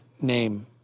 name